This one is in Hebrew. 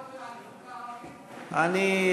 אני,